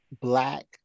black